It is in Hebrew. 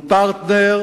הוא פרטנר